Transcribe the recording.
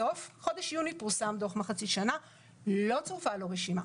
בסוף חודש יוני פורסם דוח מחצית שנה אך לא צורפה לו רשימה.